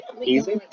Easy